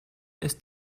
ist